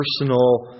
personal